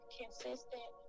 consistent